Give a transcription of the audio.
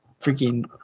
freaking